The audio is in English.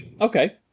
Okay